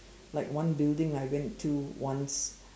like one building I went to once